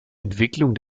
entwicklung